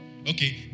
Okay